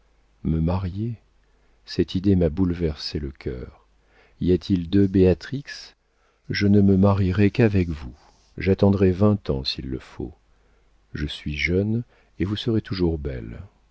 me marier cette idée m'a bouleversé le cœur y a-t-il deux béatrix je ne me marierai qu'avec vous j'attendrai vingt ans s'il le faut je suis jeune et vous serez toujours belle